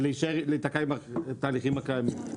ולהיתקע עם התהליכים הקיימים.